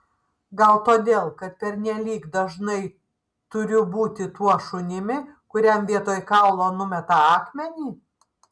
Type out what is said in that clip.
gal todėl kad pernelyg dažnai turiu būti tuo šunimi kuriam vietoj kaulo numeta akmenį